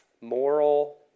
moral